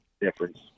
difference